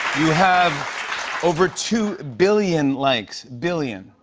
you have over two billion likes. billion.